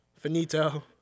Finito